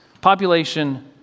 population